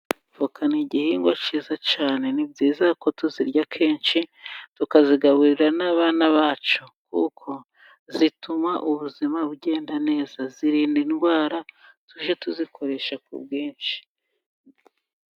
voka ni igihingwa cyiza cyane. Ni byiza ko tuzirya kenshi. Tukazigaburira n'abana bacu, kuko zituma ubuzima bugenda neza. zirinda indwara. tujye tuzikoresha ku bwinshi.